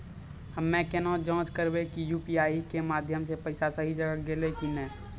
हम्मय केना जाँच करबै की यु.पी.आई के माध्यम से पैसा सही जगह गेलै की नैय?